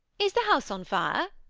is the house on fire?